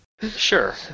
Sure